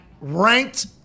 ranked